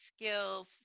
skills